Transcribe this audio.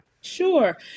sure